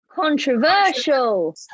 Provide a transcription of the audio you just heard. Controversial